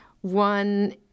one